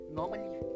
normally